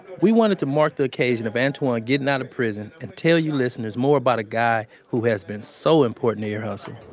we wanted to mark the occasion of antwan getting out of prison and tell you listeners about a guy who has been so important to ear hustle.